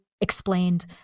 explained